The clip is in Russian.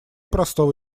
простого